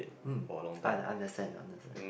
hmm I understand understand